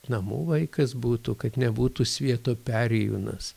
namų vaikas būtų kad nebūtų svieto perėjūnas